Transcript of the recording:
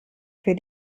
für